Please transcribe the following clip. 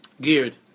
geared